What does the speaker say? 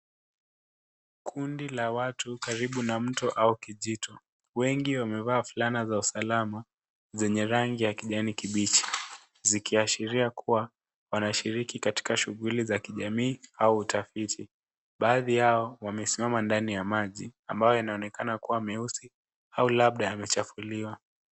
Kundi la watu karibu na mto au kijito. Wengi wamevaa fulana za usalama zenye rangi ya kijani kibichi zikiashiria kuwa wanashiriki katika shughuli za kijamii au utafiti. Baadhi yao wamesimama ndani ya maji ambayo yanaonekana kuwa meusi au labda yamechafuliwa.